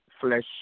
flesh